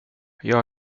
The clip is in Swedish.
jag